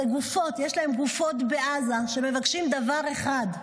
יש להן גופות בעזה, והן מבקשות דבר אחד: